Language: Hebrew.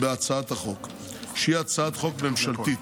הצעת החוק, שהיא הצעת חוק ממשלתית,